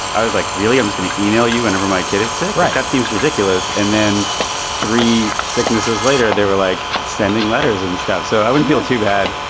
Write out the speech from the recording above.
i was like really i was going to yeah e-mail you whenever my kid is sick right. that seems ridiculous. and then three sicknesses later they were like sending letters and stuff so i wouldn't feel too bad.